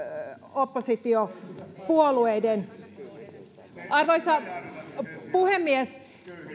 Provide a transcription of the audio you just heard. oppositiopuolueiden arvoisa puhemies